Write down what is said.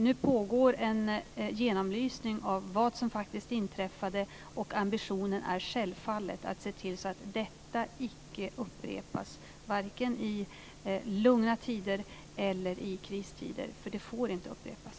Nu pågår en genomlysning av vad som faktiskt inträffade, och ambitionen är självfallet att se till att detta icke upprepas, varken i lugna tider eller i kristider, för det får inte upprepas.